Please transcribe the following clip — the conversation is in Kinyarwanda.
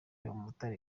umutare